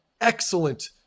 excellent